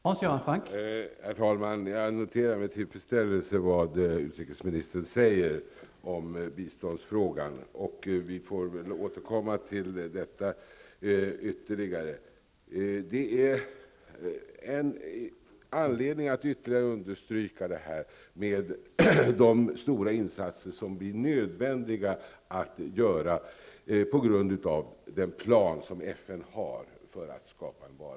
Herr talman! Jag noterar med tillfredsställelse utrikesministerns uttalande beträffande biståndsfrågan. Vi får väl återkomma till saken senare. Anledningen att understryka det här är så mycket större med tanke på de stora insatser som blir nödvändiga på grund av FNs plan för en varaktig fred i Cambodja.